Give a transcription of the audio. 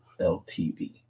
LTV